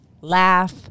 Laugh